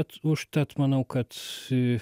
užtat manau kad